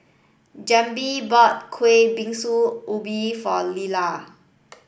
Jaheem bought Kueh Bingsu Ubi for Lelar